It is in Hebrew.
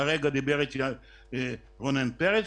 כרגע דיבר איתי רונן פרץ,